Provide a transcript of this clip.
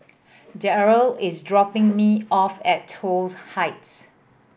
Darryl is dropping me off at Toh Heights